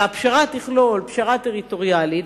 והפשרה תכלול פשרה טריטוריאלית,